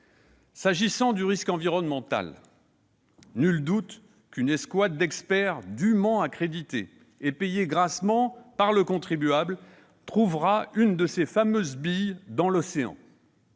J'en viens au risque environnemental. Nul ne doute qu'une escouade d'experts dûment accrédités et payés grassement par le contribuable trouvera une de ces fameuses billes dans l'océan.